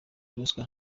ruswa